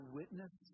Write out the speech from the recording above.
witness